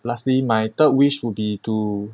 lastly my third wish would be to